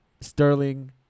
Sterling